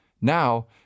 now